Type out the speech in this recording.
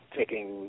taking